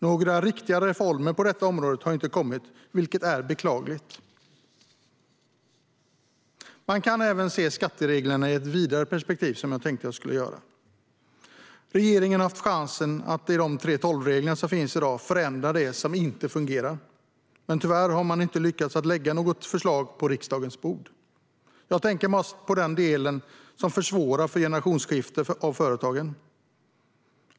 Några riktiga reformer på detta område har inte kommit, vilket är beklagligt. Man kan även se skattereglerna i ett vidare perspektiv. Regeringen har haft chansen att i de 3:12-regler som finns i dag förändra det som inte fungerar, men tyvärr har man inte lyckats lägga något förslag på riksdagens bord. Jag tänker mest på den del som försvårar för generationsskifte av företagen.